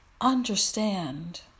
understand